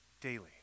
daily